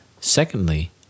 Secondly